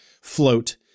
float